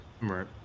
right